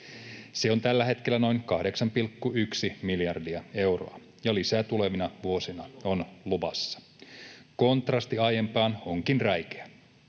Se on tällä hetkellä noin 8,1 miljardia euroa, ja lisää tulevina vuosina on luvassa. Kontrasti aiempaan onkin räikeä.